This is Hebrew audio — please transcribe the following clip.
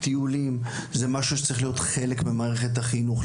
טיולים זה משהו שצריך להיות חלק ממערכת החינוך,